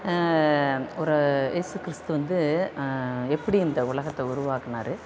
ஒரு ஏசு கிறிஸ்த்து வந்து எப்படி இந்த உலகத்தை உருவாக்குனார்